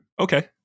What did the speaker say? Okay